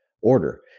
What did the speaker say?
order